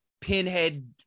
Pinhead